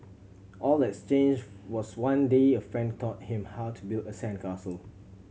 all that changed was one day a friend taught him how to build a sandcastle